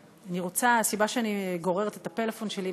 הסיבה שאני גוררת את הפלאפון שלי,